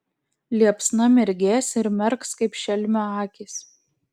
liepsna mirgės ir merks kaip šelmio akys